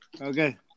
Okay